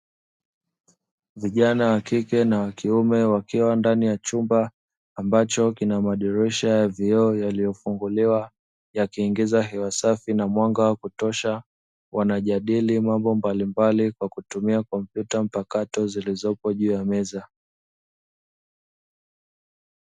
Vijana wa kike na wa kiume wakiwa ndani ya chumba ambacho kina madirisha ya vioo yaliyofunguliwa yakiingiza hewa safi na mwanga wa kutosha wanajadili mambo mbalimbali kwa kutumia kompyuta mpakato zilizopo juu ya meza.